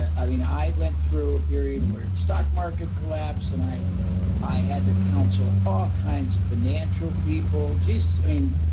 i mean, i went through a period where the stock market collapsed, and i i had to counsel all kinds of financial people. geez. i mean,